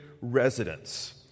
residents